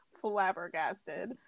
flabbergasted